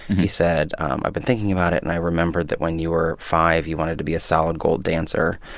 he said, i've been thinking about it. and i remembered that when you were five, you wanted to be a solid gold dancer.